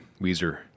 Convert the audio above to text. Weezer